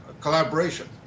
collaboration